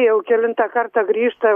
jau kelintą kartą grįžta